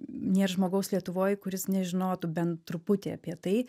nėr žmogaus lietuvoj kuris nežinotų bent truputį apie tai